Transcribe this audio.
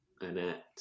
Annette